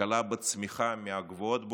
כלכלה בצמיחה מהגבוהות בעולם.